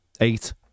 eight